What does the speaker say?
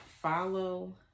follow